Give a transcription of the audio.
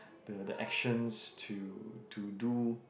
the the actions to to do